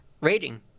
rating